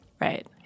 Right